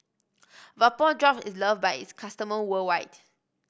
Vapodrops is loved by its customer worldwide